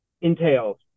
entails